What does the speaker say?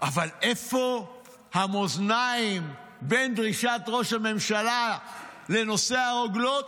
אבל איפה המאזניים בין דרישת ראש הממשלה לנושא הרוגלות